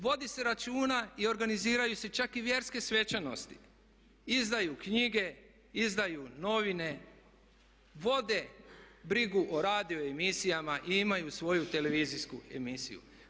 Vodi se računa i organiziraju se čak i vjerske svečanosti, izdaju knjige, izdaju novine, vode brigu o radio emisijama i imaju svoju televizijsku emisiju.